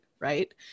right